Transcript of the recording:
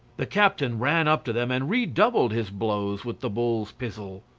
the captain ran up to them and redoubled his blows with the bull's pizzle.